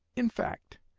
in fact,